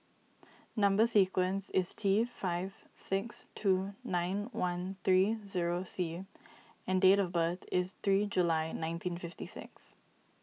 Number Sequence is T five six two nine one three zero C and date of birth is three July nineteen fifty six